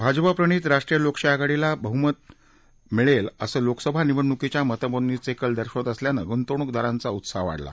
भाजपा प्रणित राष्ट्रीय लोकशाही आघाडीला बहुमत मिळेल असं लोकसभा निवडणुकीच्या मतमोजणीचे कल दर्शवत असल्यानं गुंतवणूकदारांचा उत्साह वाढला